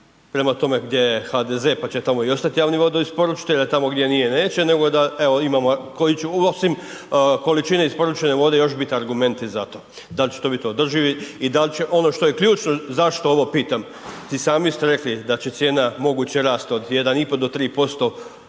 prema tome gdje je HDZ pa će tamo i ostati javni vodni isporučitelji, a tamo gdje nije, neće, nego da imamo koji će, osim količine isporučene vode još biti argumenti za to. Da li će to biti održivi i da li će ono što je ključno, zašto ovo pitam, i sami ste rekli da će cijena moguće rasti, od 1,5 do 3%